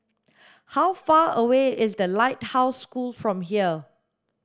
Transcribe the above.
how far away is The Lighthouse School from here